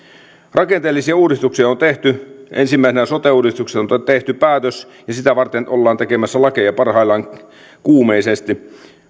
rakenteellisia uudistuksia on tehty ensimmäisenä sote uudistuksesta on tehty päätös ja sitä varten ollaan tekemässä lakeja parhaillaan kuumeisesti